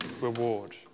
reward